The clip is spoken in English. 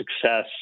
success